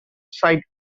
site